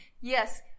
yes